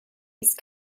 ist